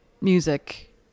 music